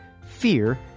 fear